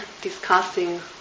discussing